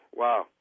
wow